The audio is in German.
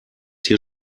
hier